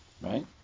right